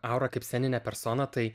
aura kaip sceninė persona tai